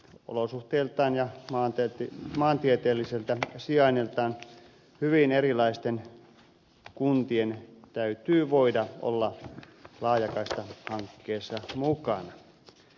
olosuhteiltaan ja maantieteelliseltä sijainniltaan hyvin erilaisten kuntien täytyy voida olla laajakaistahankkeessa mukana